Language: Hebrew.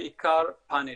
בעיקר פאנלים.